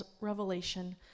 revelation